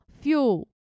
fuel